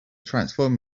transform